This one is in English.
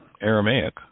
Aramaic